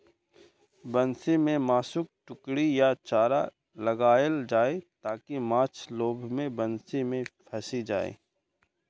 बंसी मे मासुक टुकड़ी या चारा लगाएल जाइ, ताकि माछ लोभ मे बंसी मे फंसि जाए